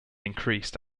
increased